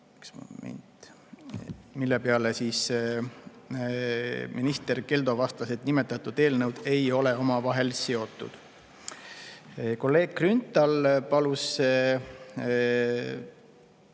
mille peale minister Keldo vastas, et nimetatud eelnõud ei ole omavahel seotud. Kolleeg Grünthal